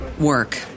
work